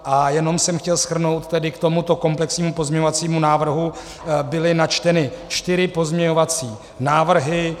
A jenom jsem chtěl shrnout, že k tomuto komplexního pozměňovacímu návrhu byly načteny čtyři pozměňovací návrhy.